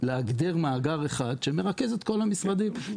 להגדיר מאגר אחד שמרכז את כל המשרדים.